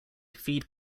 feed